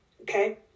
Okay